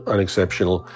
unexceptional